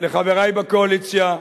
לחברי בקואליציה,